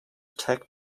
tag